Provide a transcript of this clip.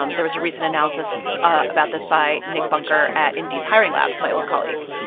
um there was a recent analysis about this by nick bunker at indeed hiring lab, my old colleague.